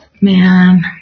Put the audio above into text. Man